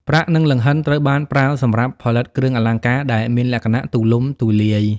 ប្រាក់នឹងលង្ហិនត្រូវបានប្រើសម្រាប់ផលិតគ្រឿងអលង្ការដែលមានលក្ខណៈទូលំទូលាយ។